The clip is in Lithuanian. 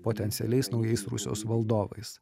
potencialiais naujais rusijos valdovais